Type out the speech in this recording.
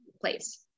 place